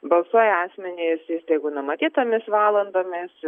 balsuoja asmenys jeigu numatytomis valandomis